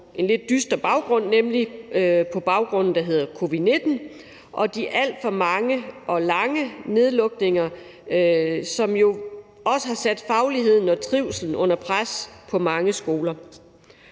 en lidt dyster baggrund, nemlig på baggrund af covid-19 og de alt for mange og lange nedlukninger, som også har sat fagligheden og trivslen under pres på mange skoler.